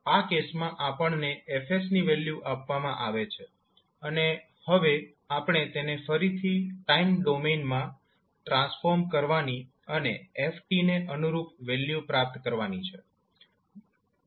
આ કેસમાં આપણને F ની વેલ્યુ આપવામાં આવે છે અને હવે આપણે તેને ફરીથી ટાઇમ ડોમેન માં ટ્રાન્સફોર્મ કરવાની અને 𝑓𝑡 ને અનુરૂપ વેલ્યુ પ્રાપ્ત કરવાની છે